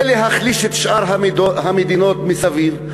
ולהחליש את שאר המדינות מסביב,